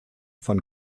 von